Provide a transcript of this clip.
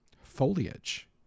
foliage